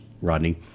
Rodney